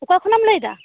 ᱚᱠᱟ ᱠᱷᱚᱱᱮᱢ ᱞᱟᱹᱭᱮᱫᱟ